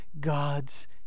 God's